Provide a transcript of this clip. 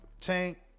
Tank